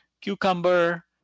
cucumber